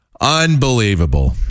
unbelievable